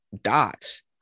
dots